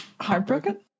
Heartbroken